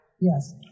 yes